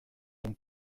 ton